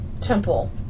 temple